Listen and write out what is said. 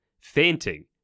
fainting